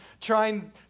trying